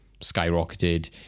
skyrocketed